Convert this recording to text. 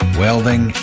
welding